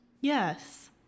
Yes